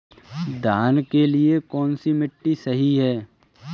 धान के लिए कौन सी मिट्टी सही है?